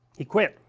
he quit,